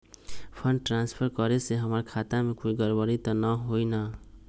Fund transfer करे से हमर खाता में कोई गड़बड़ी त न होई न?